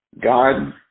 god